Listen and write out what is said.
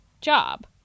job